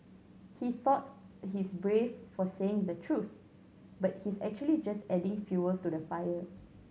he thought he's brave for saying the truth but he's actually just adding fuel to the fire